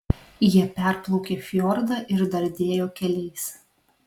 jie perplaukė fjordą ir dardėjo keliais